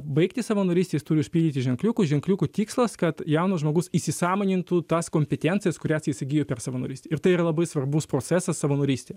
baigti savanorystę jis turi užpildyti ženkliukus ženkliukų tikslas kad jaunas žmogus įsisąmonintų tas kompetencijas kurias jis įgijo per savanorystę ir tai yra labai svarbus procesas savanorystėje